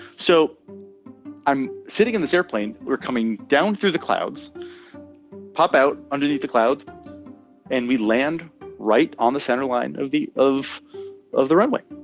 so i'm sitting in this airplane we're coming down through the clouds pop out underneath the clouds and we land right on the center line of the of of the runway